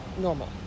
normal